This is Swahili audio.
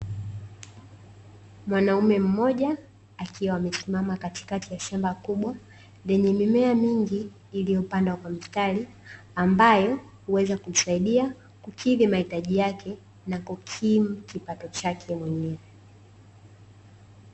Mwanaume mmoja akiwa amesimama katikati ya shamba kubwa lenye mimea mingi iliyopandwa kwa mstari, ambayo huweza kumsaidia kukidhi mahitaji yake na kukimu kipato chake mwenyewe.